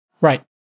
right